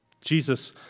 Jesus